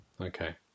Okay